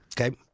okay